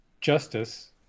justice